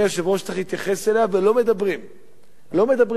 שצריך להתייחס אליה ולא מדברים מספיק עליה.